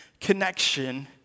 connection